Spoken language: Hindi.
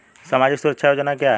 सामाजिक सुरक्षा योजना क्या है?